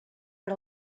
per